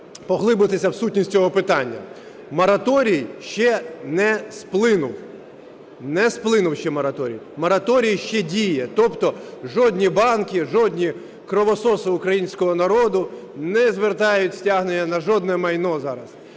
поглибитися в сутність цього питання. Мораторій ще не сплинув. Не сплинув ще мораторій. Мораторій ще діє. Тобто жодні банки, жодні "кровососи" українського народу не звертають стягнення на жодне майно зараз.